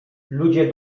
ludzie